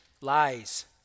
lies